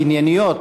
הענייניות,